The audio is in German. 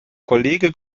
kollege